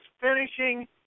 finishing